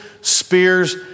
spears